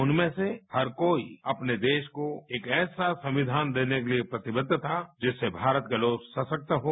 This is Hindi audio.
उनमें से हर कोई अपने देश को एक ऐसा संविधान देने के लिए प्रतिबद्ध था जिससे भारत के लोग सशक्त हों